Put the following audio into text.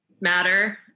matter